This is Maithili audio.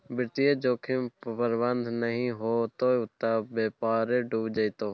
वित्तीय जोखिम प्रबंधन नहि हेतौ त बेपारे डुबि जेतौ